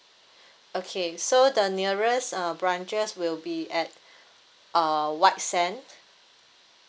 okay so the nearest uh branches will be at uh white sand